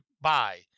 buy